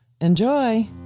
Enjoy